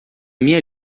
minha